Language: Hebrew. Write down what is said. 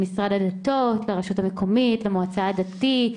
למשרד הדתות, לרשות המקומית, למועצה הדתית.